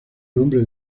nombre